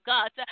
God